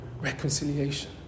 reconciliation